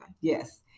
yes